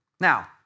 Now